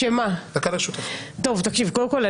קודם כל,